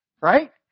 right